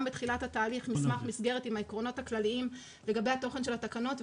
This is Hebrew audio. גם בתחילת התהליך מסמך מסגרת עם העקרונות הכלליים לגבי התוכן של התקנות.